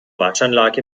waschanlage